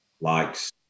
likes